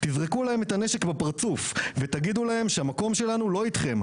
תזרקו להם את הנשק בפרצוף ותגידו להם שהמקום שלנו לא איתכם.